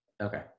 okay